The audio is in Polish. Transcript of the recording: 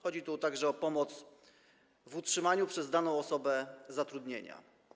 Chodzi tu także o pomoc w utrzymaniu przez daną osobę zatrudnienia.